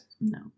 No